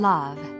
Love